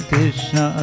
Krishna